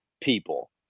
people